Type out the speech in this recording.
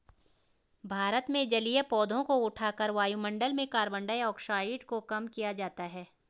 भारत में जलीय पौधों को उठाकर वायुमंडल में कार्बन डाइऑक्साइड को कम किया जाता है